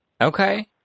okay